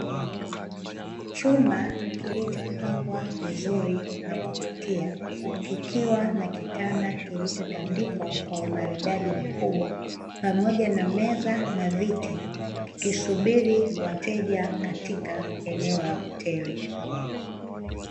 Chumba kilichopambwa vizuri na kuvutia kikiwa na kitanda kilicho tandikwa kwa umaridadi mkubwa, pamoja na meza na viti, kikisubiri wateja katika eneo la hoteli.